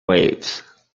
waves